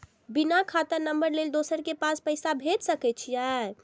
बिना खाता नंबर लेल दोसर के पास पैसा भेज सके छीए?